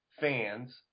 fans